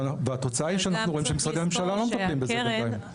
והתוצאה היא שאנחנו רואים שמשרדי הממשלה לא מטפלים בזה בינתיים.